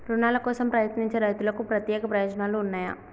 రుణాల కోసం ప్రయత్నించే రైతులకు ప్రత్యేక ప్రయోజనాలు ఉన్నయా?